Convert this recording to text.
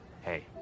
Hey